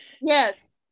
Yes